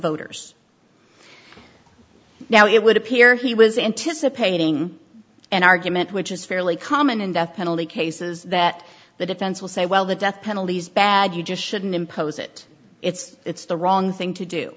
voters now it would appear he was anticipating an argument which is fairly common in death penalty cases that the defense will say well the death penalty is bad you just shouldn't impose it it's the wrong thing to do